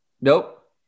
Nope